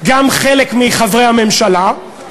גם חלק מחברי הממשלה.